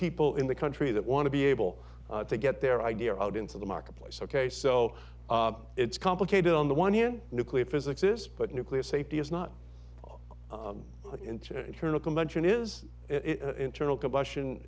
people in the country that want to be able to get their idea out into the marketplace ok so it's complicated on the one hand nuclear physics is but nuclear safety is not all into turn a convention is internal combustion